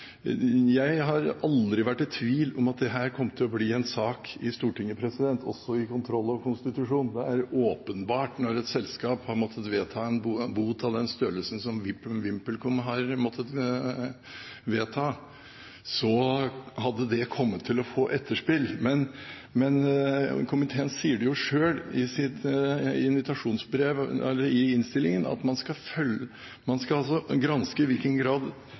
jeg har aldri vært i tvil om at dette kom til å bli en sak i Stortinget, også i kontroll- og konstitusjonskomiteen. Det er åpenbart når et selskap har måttet vedta en bot av den størrelsen som VimpelCom har, at det kommer til å få et etterspill. Men komiteen sier selv i innstillingen at man skal granske i hvilken grad Nærings- og fiskeridepartementet har fulgt opp eierskapsmeldingen, og så henviser man